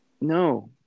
No